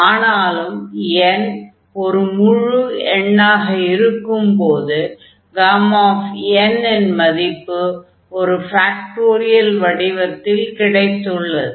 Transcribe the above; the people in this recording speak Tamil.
ஆனாலும் n ஒரு முழு எண்ணாக இருக்கும் போது n இன் மதிப்பு ஒரு ஃபேக்டோரியல் வடிவத்தில் கிடைத்துள்ளது